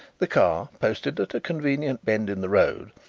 the car, posted at a convenient bend in the road,